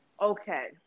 Okay